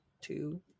two